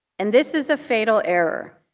and this is a fatal error.